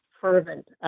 fervent